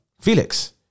Felix